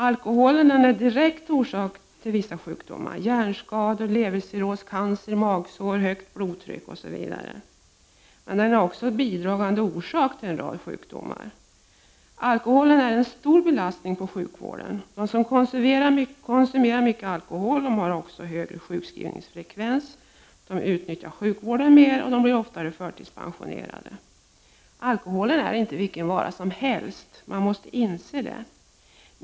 Alkoholen är direkt orsak till vissa sjukdomar — hjärnskador, levercirros, cancer, magsår, högt blodtryck osv. Dessutom är alkoholen en bidragande orsak till en rad andra sjukdomstillstånd. Alkoholkonsumtion medför en stor belastning på sjukvården. De som konsumerar mycket alkohol har en högre sjukskrivningsfrekvens, de utnyttjar sjukvården mer och de blir oftare förtidspensionerade. Alkoholen är inte vilken vara som helst, man måste inse det.